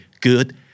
good